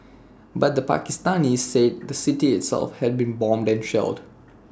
but the Pakistanis said the city itself had been bombed and shelled